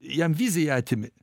jam viziją atimi